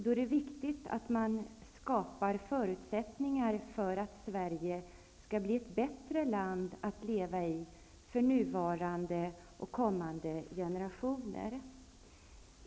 Då är det viktigt att man skapar förutsättningar för att Sverige skall bli ett bättre land att leva i för nuvarande och kommande generationer.